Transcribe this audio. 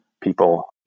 people